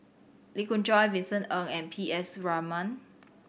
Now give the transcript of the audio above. Lee Khoon Choy Vincent Ng and P S Raman